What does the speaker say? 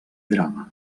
drama